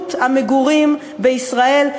איכות המגורים בישראל,